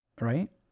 Right